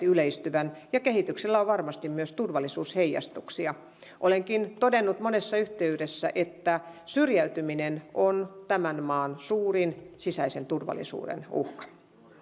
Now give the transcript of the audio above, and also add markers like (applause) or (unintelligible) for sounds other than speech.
(unintelligible) yleistyvän ja kehityksellä on varmasti myös turvallisuusheijastuksia olenkin todennut monessa yhteydessä että syrjäytyminen on tämän maan suurin sisäisen turvallisuuden uhka